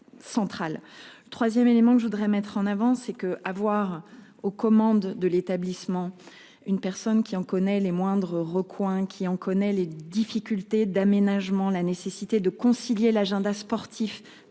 Centrale 3ème élément que je voudrais mettre en avant, c'est que à voir aux commandes de l'établissement, une personne qui en connaît les moindres recoins qui en connaît les difficultés d'aménagement, la nécessité de concilier l'agenda sportif